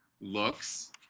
looks